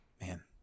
man